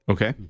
Okay